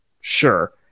Sure